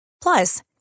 Plus